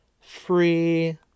free